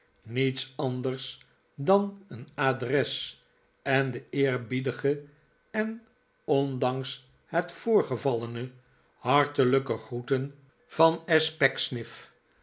niets anders dan een adres en de eerbiedige en ondanks het voorgevallene hartelijke groeten van